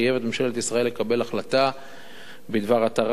חייבו את ממשלת ישראל לקבל החלטה בדבר התרת